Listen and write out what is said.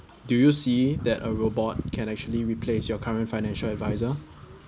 do you see that a robot can actually replace your current financial adviser